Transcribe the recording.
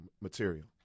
material